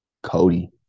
Cody